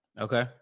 Okay